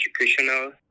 educational